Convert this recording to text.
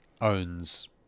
owns